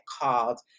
called